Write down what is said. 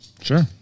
Sure